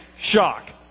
Shock